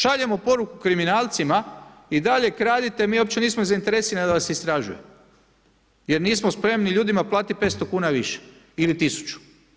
Šaljemo poruku kriminalcima i dalje kradite, mi uopće nismo zainteresirani da vas istražujemo jer nismo spremni ljudima platiti 500 kuna više ili tisuću.